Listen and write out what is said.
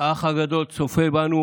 האח הגדול צופה בנו,